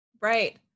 Right